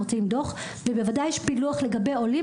מוציאים דוח ובוודאי יש פילוח לגבי עולים,